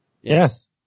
Yes